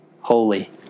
holy